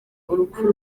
urupfu